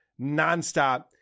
nonstop